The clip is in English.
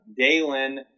Dalen